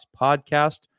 podcast